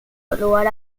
lugar